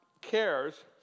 cares